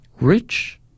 rich